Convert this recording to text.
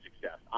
success